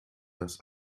das